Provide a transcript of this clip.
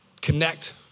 connect